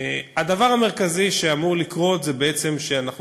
הדבר המרכזי שאמור לקרות זה בעצם שאנחנו